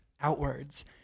outwards